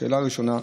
לשאלה הראשונה,